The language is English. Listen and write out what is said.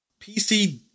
PC